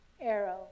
arrow